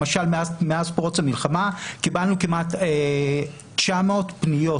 למשל מאז פרוץ המלחמה קיבלנו כמעט 900 פניות